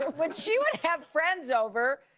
when she would have friends over,